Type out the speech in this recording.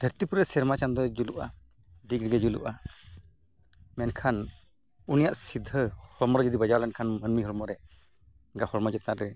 ᱫᱷᱟᱹᱨᱛᱤᱯᱩᱨᱤ ᱨᱮ ᱥᱮᱨᱢᱟ ᱪᱟᱸᱫᱳᱭ ᱡᱩᱞᱩᱜᱼᱟ ᱰᱤᱜᱽ ᱰᱤᱜᱮ ᱡᱩᱞᱩᱜᱼᱟ ᱢᱮᱱᱠᱷᱟᱱ ᱩᱱᱤᱭᱟᱜ ᱥᱤᱫᱷᱟᱹ ᱦᱚᱲᱢᱚ ᱨᱮ ᱡᱩᱫᱤ ᱵᱟᱡᱟᱣ ᱞᱮᱱᱠᱷᱟᱱ ᱢᱟᱹᱱᱢᱤ ᱦᱚᱲᱢᱚ ᱨᱮ ᱩᱱᱤᱭᱟᱜ ᱦᱚᱲᱢᱚ ᱪᱮᱛᱟᱱ ᱨᱮ